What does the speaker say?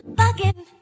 bugging